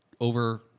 over